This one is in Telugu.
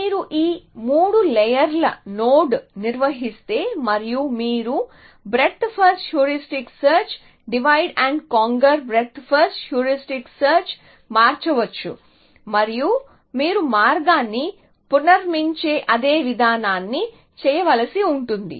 మీరు ఈ 3 లేయర్ ల నోడ్ను నిర్వహిస్తే మరియు మీరు breadth first heuristic search divide and conquer breadth first heuristic search మార్చవచ్చు మరియు మీరు మార్గాన్ని పునర్నిర్మించే అదే విధానాన్ని చేయవలసి ఉంటుంది